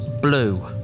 Blue